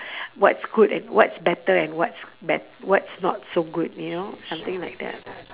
what's good and what's better and what's bad what's not so good you know something like that